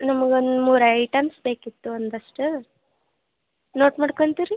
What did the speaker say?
ನಮ್ಗೆ ಒಂದು ಮೂರು ಐಟಮ್ಸ್ ಬೇಕಿತ್ತು ಒಂದಷ್ಟು ನೋಟ್ ಮಾಡ್ಕೊಳ್ತೀರಿ